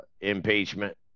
impeachment